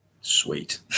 sweet